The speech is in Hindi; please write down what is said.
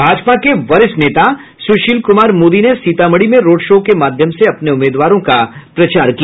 भाजपा के वरिष्ठ नेता सुशील कुमार मोदी ने सीतामढ़ी में रोड शो के माध्यम से अपने उम्मीदवारों का प्रचार किया